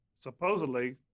Supposedly